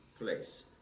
place